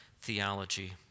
theology